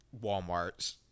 Walmarts